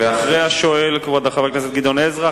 ואחרי השואל כבוד חבר הכנסת גדעון עזרא,